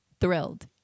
thrilled